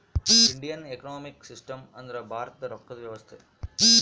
Indian economic system ಅಂದ್ರ ಭಾರತದ ರೊಕ್ಕದ ವ್ಯವಸ್ತೆ